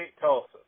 Tulsa